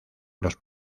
los